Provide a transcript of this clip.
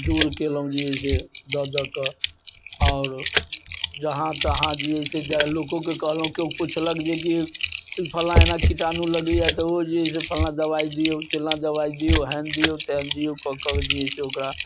दूर केलहुँ जे है से दऽ दऽ कऽ आओर जहाँ तहाँ जे है से लोकोके पूछलहुँ केओ पूछलक जेकि ई फलना एना कीटाणु लगैये तऽ ओ जे है से फलना दबा दियौ चिलना दबाइ दियौ ओकरा